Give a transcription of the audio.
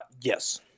Yes